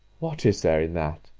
what is there in that?